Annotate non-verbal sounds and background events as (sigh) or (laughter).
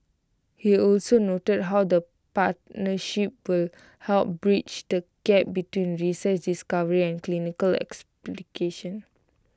he also noted how the partnership will help bridge the gap between research discovery and clinical (unintelligible)